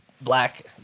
black